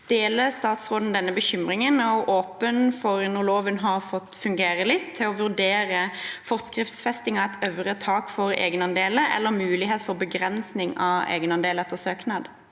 Deler statsråden denne bekymringen, og er hun åpen for – når loven har fått fungere litt – å vurdere forskriftsfesting av et øvre tak for egenandeler, eller mulighet for begrensning av egenandel etter søknad?